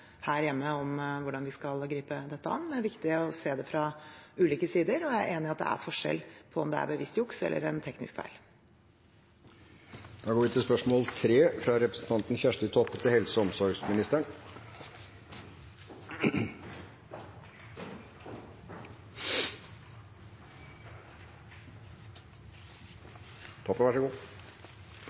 her hjemme om hvordan vi skal gripe dette an. Det er viktig å se det fra ulike sider, og jeg er enig i at det er forskjell på om det er bevisst juks eller en teknisk